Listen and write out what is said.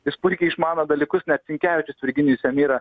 jis puikiai išmano dalykus net sinkevičius virginijus jam yra